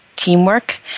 teamwork